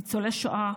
ניצולי שואה,